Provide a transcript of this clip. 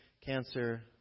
cancer